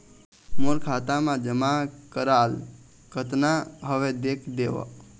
मोर खाता मा जमा कराल कतना हवे देख देव?